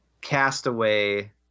castaway